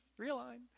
realign